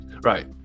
right